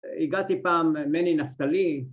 ‫הגעתי פעם, מני נפתלי.